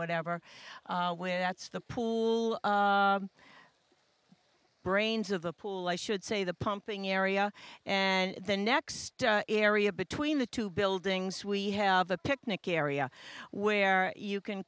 whatever when that's the pool brains of the pool i should say the pumping area and the next area between the two buildings we have a picnic area where you can